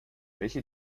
welche